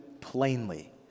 plainly